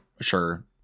Sure